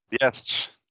Yes